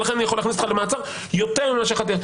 ולכן אני יכול להכניס אותך למעצר יותר ממה שיכולתי.